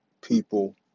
people